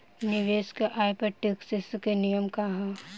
निवेश के आय पर टेक्सेशन के नियम का ह?